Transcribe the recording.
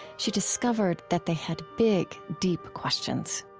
she discovered that they had big, deep questions